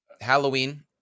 Halloween